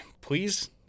Please